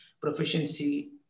proficiency